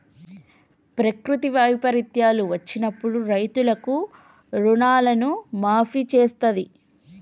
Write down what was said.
ప్రకృతి వైపరీత్యాలు వచ్చినప్పుడు రైతులకు పంట రుణాలను మాఫీ చేస్తాంది